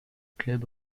club